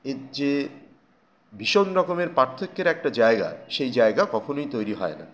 এর যে ভীষণ রকমের পার্থক্যের একটা জায়গা সেই জায়গা কখনোই তৈরি হয় না